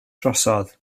drosodd